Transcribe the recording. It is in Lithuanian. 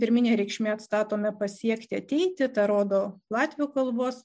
pirminė reikšmė atstatome pasiekti ateiti tą rodo latvių kalbos